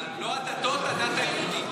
לא הדתות, הדת היהודית.